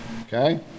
Okay